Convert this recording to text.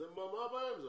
אז מה הבעיה עם זה?